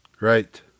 right